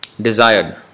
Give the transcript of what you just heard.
desired